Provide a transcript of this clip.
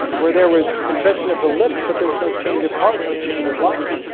where there was confession of the lips, but there was no change of heart no change of life